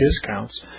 discounts